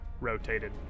rotated